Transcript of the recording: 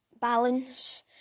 balance